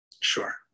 Sure